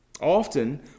Often